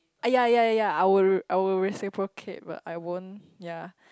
ya ya ya I will r~ I will reciprocate but I won't ya